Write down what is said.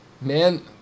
Man